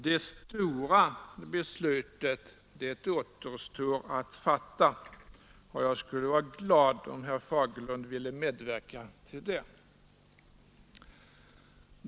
Det stora beslutet återstår att fatta, och jag skulle vara glad om herr Fagerlund ville medverka till det.